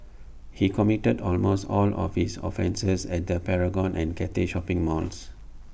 he committed almost all of his offences at the Paragon and Cathay shopping malls